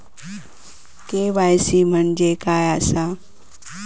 KYC म्हणजे काय आसा?